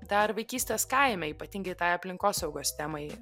dar vaikystes kaime ypatingai tai aplinkosaugos temai